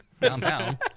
downtown